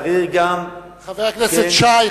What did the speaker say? חבר הכנסת שי,